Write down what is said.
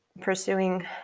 pursuing